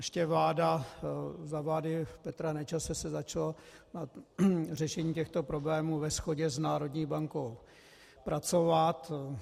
Ještě za vlády Petra Nečase se začalo na řešení těchto problémů ve shodě s národní bankou pracovat.